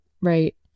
Right